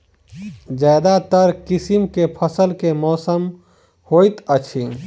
ज्यादातर किसिम केँ फसल केँ मौसम मे होइत अछि?